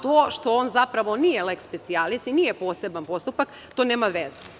To što on zapravo nije leks specijalis i nije poseban postupak, to nema veze.